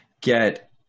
get